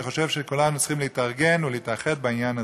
אני חושב שכולנו צריכים להתארגן ולהתאחד בעניין הזה.